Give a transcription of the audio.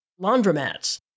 laundromats